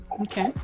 Okay